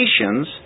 nations